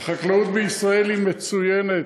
החקלאות בישראל מצוינת.